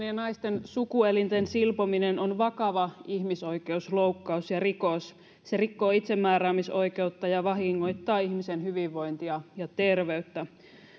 ja naisten sukuelinten silpominen on vakava ihmisoikeusloukkaus ja rikos se rikkoo itsemääräämisoikeutta ja vahingoittaa ihmisen hyvinvointia ja terveyttä